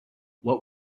what